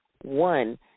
One